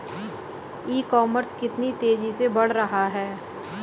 ई commerce कितनी तेजी से बढ़ रहा है?